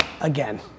again